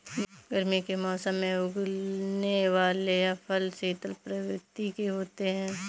गर्मी के मौसम में उगने वाले यह फल शीतल प्रवृत्ति के होते हैं